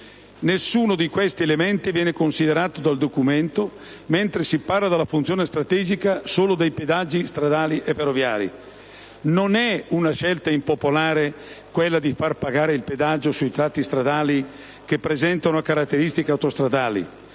Nessuno di questi elementi viene considerato dal documento, mentre si parla della funzione strategica solo dei pedaggi stradali e ferroviari. Non è una scelta impopolare quella di far pagare il pedaggio sui tratti stradali che presentano caratteristiche autostradali: